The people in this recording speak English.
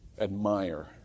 admire